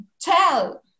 tell